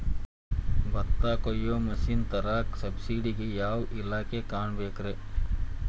ಭತ್ತ ಕೊಯ್ಯ ಮಿಷನ್ ತರಾಕ ಸಬ್ಸಿಡಿಗೆ ಯಾವ ಇಲಾಖೆ ಕಾಣಬೇಕ್ರೇ?